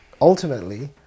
ultimately